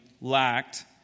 lacked